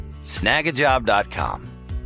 Snagajob.com